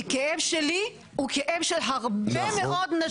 כי הכאב שלי הוא כאב של הרבה מאוד נשים,